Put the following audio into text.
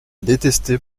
détestait